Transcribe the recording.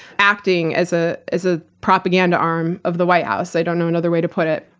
acting as ah as a propaganda arm of the white house. i don't know another way to put it.